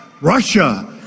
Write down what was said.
Russia